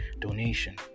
donation